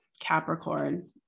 capricorn